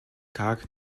tag